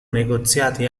negoziati